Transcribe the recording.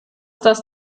das